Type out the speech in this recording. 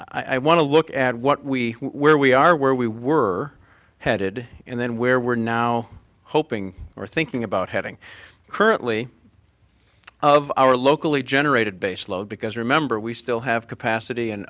i want to look at what we where we are where we were headed and then where we're now hoping or thinking about heading currently of our locally generated base load because remember we still have capacity and